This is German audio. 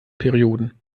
perioden